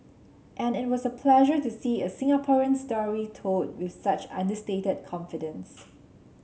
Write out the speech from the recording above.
and it was a pleasure to see a Singaporean story told with such understated confidence